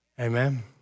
Amen